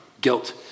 guilt